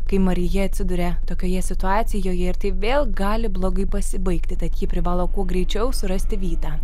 kai marija atsiduria tokioje situacijoje ir tai vėl gali blogai pasibaigti tad ji privalo kuo greičiau surasti vytą